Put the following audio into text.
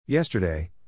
Yesterday